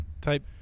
type